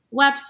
website